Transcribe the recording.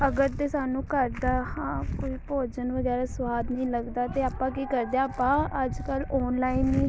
ਅਗਰ ਤਾਂ ਸਾਨੂੰ ਘਰ ਦਾ ਹਾਂ ਕੋਈ ਭੋਜਨ ਵਗੈਰਾ ਸਵਾਦ ਨਹੀਂ ਲੱਗਦਾ ਤਾਂ ਆਪਾਂ ਕੀ ਕਰਦੇ ਹਾਂ ਆਪਾਂ ਅੱਜ ਕੱਲ੍ਹ ਔਨਲਾਈਨ ਹੀ